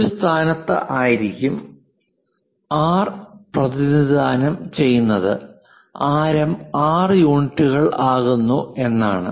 ഒരു സ്ഥാനത്ത് ആയിരിക്കും ആർ പ്രതിനിധാനം ചെയ്യുന്നത് ആരം 6 യൂണിറ്റുകൾ ആകുന്നു എന്നാണ്